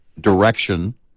direction